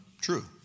True